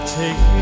take